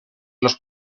los